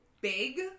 big